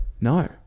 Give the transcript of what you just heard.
no